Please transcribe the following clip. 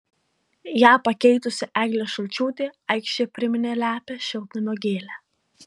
ją pakeitusi eglė šulčiūtė aikštėje priminė lepią šiltnamio gėlę